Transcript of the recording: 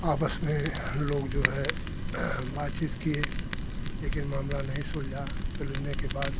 आपस में लोग जो है बातचीत किए लेकिन मामला नहीं सुलझा सुलझने के बाद